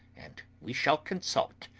and we shall consult.